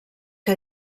que